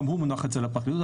גם הוא מונח אצל הפרקליטות.